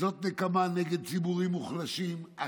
זאת נקמה נגד ציבורים מוחלשים.